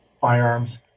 firearms